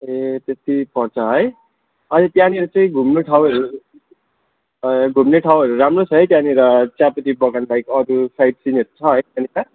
ए त्यति पर्छ है अनि त्यहाँनिर चाहिँ घुम्ने ठाउँहरू राम्रो छ है त्यहाँनिर चियापत्ती बगान बाहेक अरू साइटसिनहरू छ है त्यहाँनिर